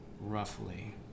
roughly